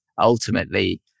ultimately